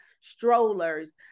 strollers